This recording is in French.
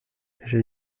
j’ai